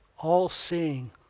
all-seeing